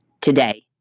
today